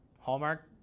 Hallmark